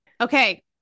okay